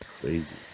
Crazy